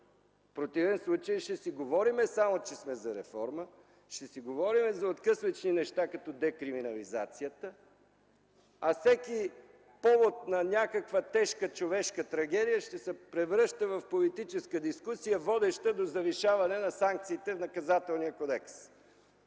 В противен случай само ще си говорим, че сме за реформа; ще си говорим за откъслечни неща като декриминализацията, а всеки повод на тежка човешка трагедия ще се превръща в политическа дискусия, водеща до завишаване на санкциите в Наказателния кодекс.